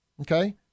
Okay